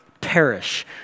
perish